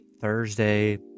thursday